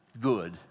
good